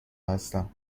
هستم